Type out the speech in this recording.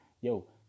yo